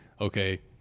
Okay